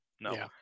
No